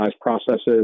processes